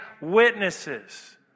witnesses